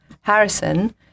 Harrison